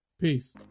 Peace